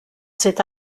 cet